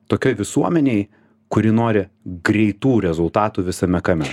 tokioj visuomenėj kuri nori greitų rezultatų visame kame